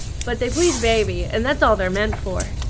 but they please baby, and that's all they're meant for.